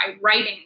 writing